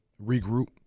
regroup